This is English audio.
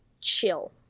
chill